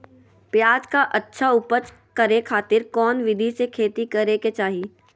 प्याज के अच्छा उपज करे खातिर कौन विधि से खेती करे के चाही?